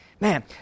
man